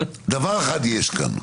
דבר אחד יש כאן,